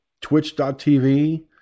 Twitch.TV